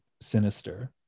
Sinister